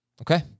Okay